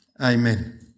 amen